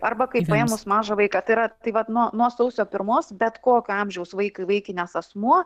arba kaip paėmus mažą vaiką tai yra tai vat nuo nuo sausio pirmos bet kokio amžiaus vaiką įvaikinęs asmuo